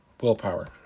willpower